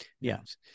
yes